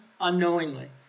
unknowingly